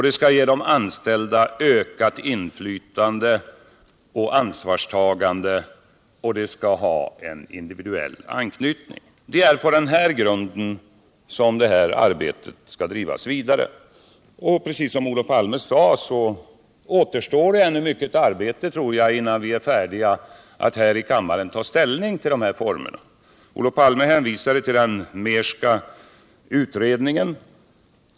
Det skall ge de anställda ökat inflytande och ansvarstagande. Och det skall ha en individuell anknytning. Det är på denna grund som arbetet bör drivas vidare. Precis som Olof Palme sade återstår ännu mycket arbete innan vi är färdiga att här i kammaren ta ställning till formerna. Olof Palme hänvisade till den Mehrska utredningen.